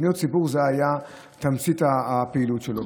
פניות ציבור היו תמצית הפעילות שלו,